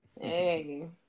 Hey